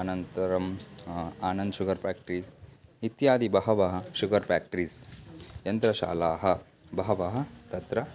अनन्तरं Anand sugar factories इत्यादि बहवः शुगर् पाक्ट्रीस् यन्त्रशालाः बहवः तत्र